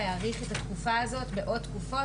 להאריך את התקופה הזאת בעוד תקופות,